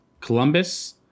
Columbus